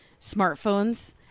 smartphones